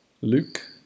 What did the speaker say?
Luke